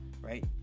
right